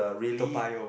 Toa-Payoh